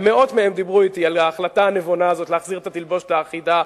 מאות מהם דיברו אתי על ההחלטה הנבונה להחזיר את התלבושת האחידה.